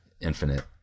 infinite